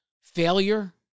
failure